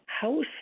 house